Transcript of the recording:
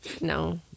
no